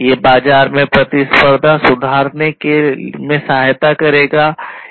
ये बाजार में प्रतिस्पर्धा सुधारने में सहायता करेगा